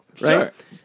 Right